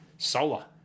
Solar